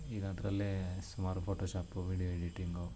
ಈಗ ಅದರಲ್ಲೇ ಸುಮಾರು ಫೋಟೋಶಾಪು ವೀಡ್ಯೋ ಎಡಿಟಿಂಗು